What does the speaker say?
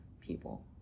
people